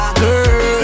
girl